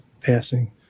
passing